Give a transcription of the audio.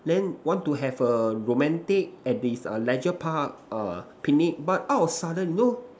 then want to have a romantic at this uh Leisure Park uh picnic but out of sudden no